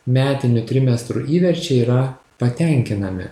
metinių trimestrų įverčiai yra patenkinami